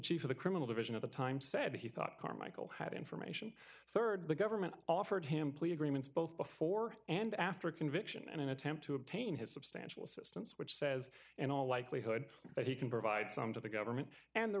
chief of the criminal division at the time said he thought carmichael had information rd the government offered him plea agreements both before and after conviction and an attempt to obtain his substantial assistance which says in all likelihood that he can provide some to the government and there